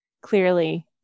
clearly